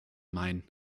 main